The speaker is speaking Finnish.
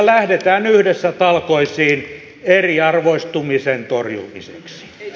lähdetään yhdessä talkoisiin eriarvoistumisen torjumiseksi